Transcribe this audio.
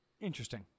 Interesting